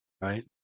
right